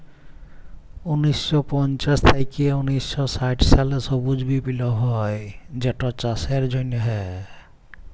উনিশ শ পঞ্চাশ থ্যাইকে উনিশ শ ষাট সালে সবুজ বিপ্লব হ্যয় যেটচাষের জ্যনহে